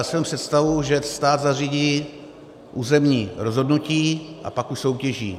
Měl jsem představu, že stát zařídí územní rozhodnutí a pak už soutěží.